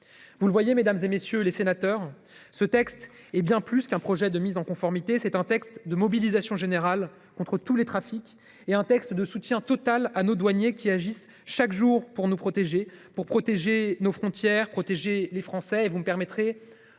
Vous le voyez, mesdames et messieurs les sénateurs. Ce texte est bien plus qu'un projet de mise en conformité. C'est un texte de mobilisation générale contre tous les trafics et un texte de soutien total à nos douaniers qui agissent chaque jour pour nous protéger, pour protéger nos frontières, protéger les Français et vous me permettrez.